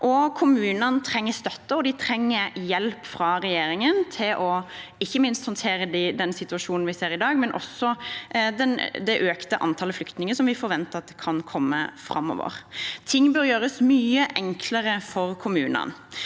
Kommunene trenger støtte, og de trenger hjelp fra regjeringen til ikke minst å håndtere den situasjonen vi ser i dag, men også det økte antallet flyktninger som vi forventer at kan komme framover. Ting bør gjøres mye enklere for kommunene.